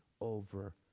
over